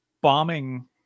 bombing